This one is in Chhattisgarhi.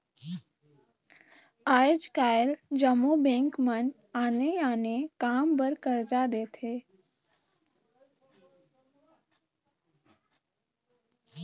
आएज काएल जम्मो बेंक मन आने आने काम बर करजा देथे